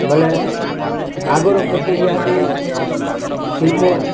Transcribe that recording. ବୋଇଲେ ଆଗରୁ ବ ଇହାଦେ ଶିଳ୍ପ